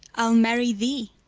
i'll marry thee.